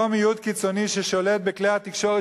אותו מיעוט קיצוני ששולט בכלי התקשורת